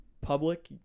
public